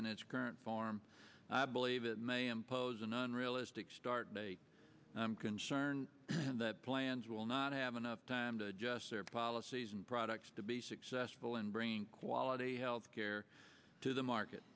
in its current form i believe it may impose an unrealistic start i'm concerned that plans will not have enough time to adjust their policies and products to be successful in bringing quality health care to the market